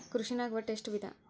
ಕೃಷಿನಾಗ್ ಒಟ್ಟ ಎಷ್ಟ ವಿಧ?